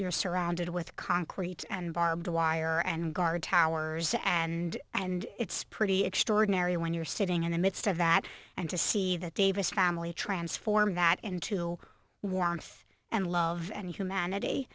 you're surrounded with concrete and barbed wire and guard towers and and it's pretty extraordinary when you're sitting in the midst of that and to see that davis family transformed that into wound and love and humanity